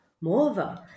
Moreover